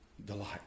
delight